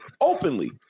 openly